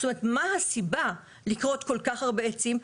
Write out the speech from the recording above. זאת אומרת, מה הסיבה לכרות כל כך הרבה עצים?